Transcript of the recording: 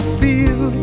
feel